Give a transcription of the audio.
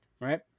right